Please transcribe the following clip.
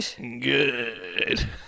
good